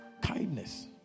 kindness